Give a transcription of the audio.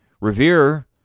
Revere